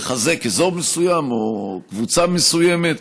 לחזק אזור מסוים או קבוצה מסוימת,